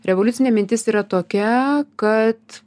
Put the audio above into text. revoliucinė mintis yra tokia kad